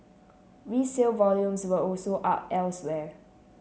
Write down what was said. resale volumes were also up elsewhere